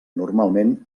normalment